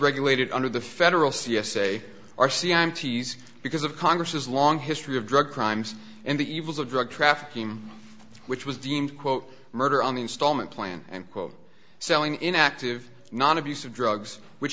regulated under the federal c s a r c m t's because of congress long history of drug crimes and the evils of drug trafficking which was deemed quote murder on the installment plan and quote selling inactive non abusive drugs which